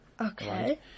Okay